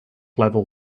level